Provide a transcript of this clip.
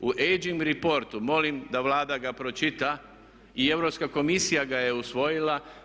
U ageing reportu molim da Vlada ga pročita i Europska komisija ga je usvojila.